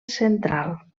central